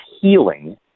healing